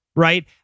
Right